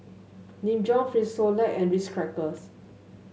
Nin Jiom Frisolac and Ritz Crackers